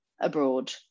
abroad